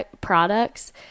products